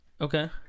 okay